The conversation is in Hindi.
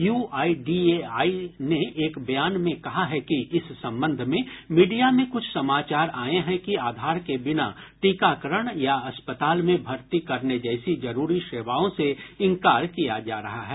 यूआईडीएआई ने एक बयान में कहा है कि इस संबंध में मीडिया में कुछ समाचार आए हैं कि आधार के बिना टीकाकरण या अस्पताल में भर्ती करने जैसी जरूरी सेवाओं से इंकार किया जा रहा है